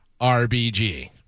RBG